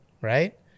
right